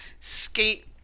Skate